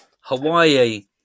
Hawaii